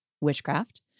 witchcraft